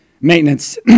maintenance